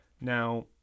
Now